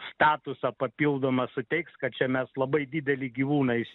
statusą papildomą suteiks kad čia mes labai didelį gyvūną